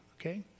okay